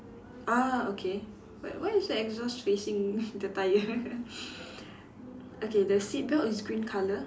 ah okay why why is the exhaust facing the tyre okay the seat belt is green color